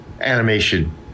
animation